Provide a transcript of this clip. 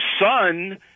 son